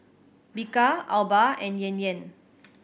Bika Alba and Yan Yan